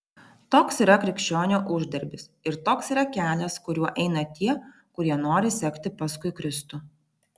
toks yra krikščionio uždarbis ir toks yra kelias kuriuo eina tie kurie nori sekti paskui kristų